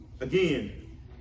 Again